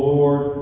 Lord